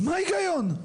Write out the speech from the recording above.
מה ההיגיון?